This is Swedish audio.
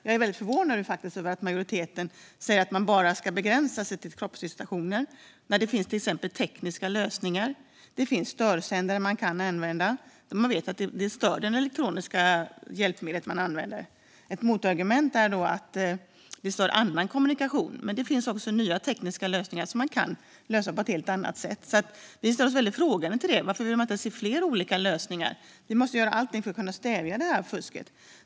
Jag är väldigt förvånad, fru talman, över att majoriteten säger att man ska begränsa sig till kroppsvisitationer när det till exempel finns tekniska lösningar. Det finns störsändare, som stör det elektroniska hjälpmedel som man använder. Ett motargument är att det också stör annan kommunikation. Men det finns nya tekniska lösningar. Vi ställer oss alltså väldigt frågande till detta. Varför vill man inte se fler lösningar? Vi måste göra allt för att stävja fusket.